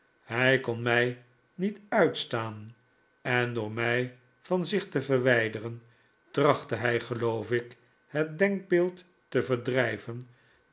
hij kon mij niet uitstaan en door mij van zich te verwijderen trachtte hij geloof ik het denkbeeld te verdrijven